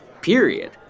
period